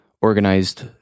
organized